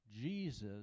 Jesus